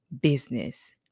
business